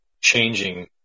changing